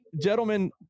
Gentlemen